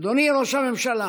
אדוני ראש הממשלה,